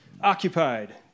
occupied